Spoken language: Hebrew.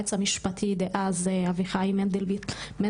ליועץ המשפטי לממשלה דאז, אביחי מנדלבליט,